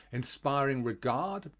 inspiring regard,